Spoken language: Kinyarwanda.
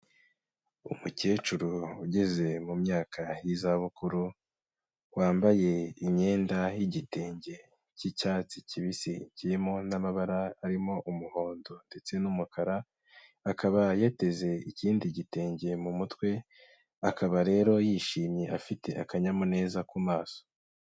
Umukecuru ugeze mu myaka y'izabukuru, wambaye imyenda y'igitenge cy'icyatsi kibisi kimo n'amabara arimo umuhondo ndetse n'umukara, akaba yateze ikindi gitenge mu mutwe, akaba rero yishimye afite akanyamuneza ku maso.